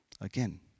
Again